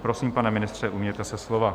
Prosím, pane ministře, ujměte se slova.